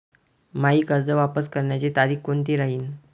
मायी कर्ज वापस करण्याची तारखी कोनती राहीन?